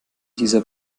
dieser